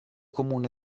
comune